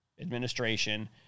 administration